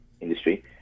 industry